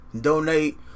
Donate